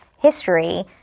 history